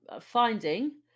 finding